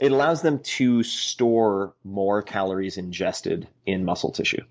it allows them to store more calories ingested in muscle tissue